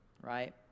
Right